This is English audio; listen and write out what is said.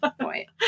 point